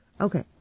Okay